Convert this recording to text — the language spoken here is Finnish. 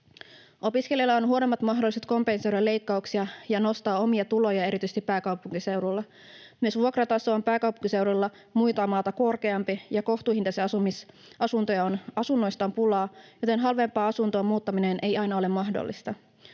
Opiskelijalla on huonommat mahdolliset kompensoida leikkauksia ja nostaa omia tulojaan erityisesti pääkaupunkiseudulla. Myös vuokrataso on pääkaupunkiseudulla muuta maata korkeampi ja kohtuuhintaisista asunnoista on pulaa, joten halvempaan asuntoon muuttaminen ei aina ole mahdollista.